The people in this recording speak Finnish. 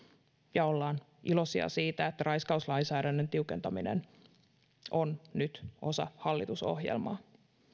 ja olemme iloisia siitä että raiskauslainsäädännön tiukentaminen on nyt osa hallitusohjelmaa